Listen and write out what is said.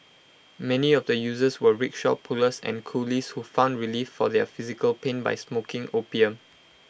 many of the users were rickshaw pullers and coolies who found relief for their physical pain by smoking opium